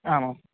आमाम्